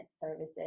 Services